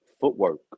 Footwork